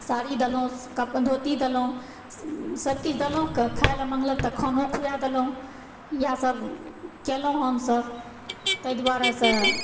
साड़ी देलहुॅं धोती देलहुॅं सब किछु देलहुॅं खाएलए मङ्गलक तऽ खानो खुआ देलहुॅं इएहा सब केलहुॅं हमसब तै दुआरेसँ